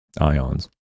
ions